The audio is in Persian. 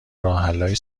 راهحلهای